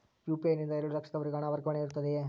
UPI ನಿಂದ ಎರಡು ಲಕ್ಷದವರೆಗೂ ಹಣ ವರ್ಗಾವಣೆ ಇರುತ್ತದೆಯೇ?